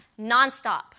nonstop